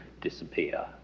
disappear